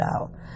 out